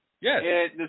Yes